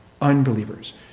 unbelievers